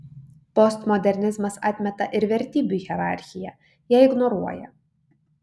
postmodernizmas atmeta ir vertybių hierarchiją ją ignoruoja